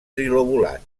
trilobulat